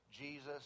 Jesus